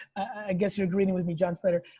i guess your agreeing with me, john slater.